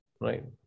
right